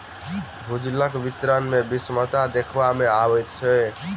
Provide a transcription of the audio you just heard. भूजलक वितरण मे विषमता देखबा मे अबैत अछि